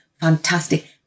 fantastic